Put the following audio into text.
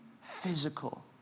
physical